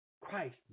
Christ